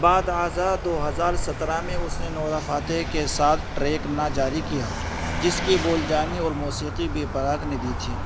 بعد ازاں دو ہزار سترہ میں اس نے نورا فاتح کے ساتھ ٹریک نا جاری کیا جس کے بول جانی اور موسیقی بی پراگ نے دی تھی